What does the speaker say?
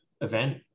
event